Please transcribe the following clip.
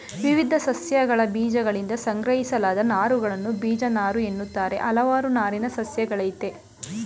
ವಿವಿಧ ಸಸ್ಯಗಳಬೀಜಗಳಿಂದ ಸಂಗ್ರಹಿಸಲಾದ ನಾರುಗಳನ್ನು ಬೀಜನಾರುಎನ್ನುತ್ತಾರೆ ಹಲವಾರು ನಾರಿನ ಸಸ್ಯಗಳಯ್ತೆ